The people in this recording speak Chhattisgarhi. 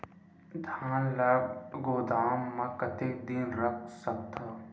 धान ल गोदाम म कतेक दिन रख सकथव?